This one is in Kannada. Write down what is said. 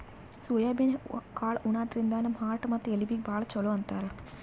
ಸೋಯಾಬೀನ್ ಕಾಳ್ ಉಣಾದ್ರಿನ್ದ ನಮ್ ಹಾರ್ಟ್ ಮತ್ತ್ ಎಲಬೀಗಿ ಭಾಳ್ ಛಲೋ ಅಂತಾರ್